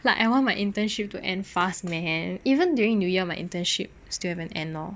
like I want my internship to end fast man even during new year my internship still haven't end lor